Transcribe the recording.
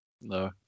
No